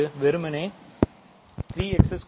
வெறுமனே இது 3x2